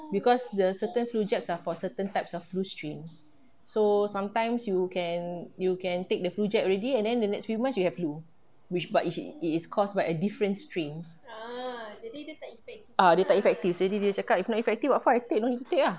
because the certain flu jabs are for certain types of flu string so sometimes you can you can take the flu jab already and then the next few months you have flu which but it is cause by different string ah dia tak effective jadi dia cakap if not effective what for I take don't need to take ah